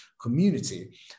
community